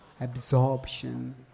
Absorption